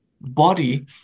body